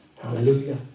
Hallelujah